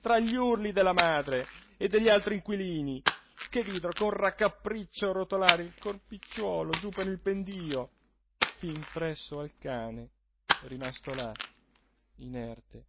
tra gli urli della madre e degli altri inquilini che videro con raccapriccio rotolare il corpicciuolo giù per il pendio fin presso al cane rimasto là inerte